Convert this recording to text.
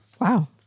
wow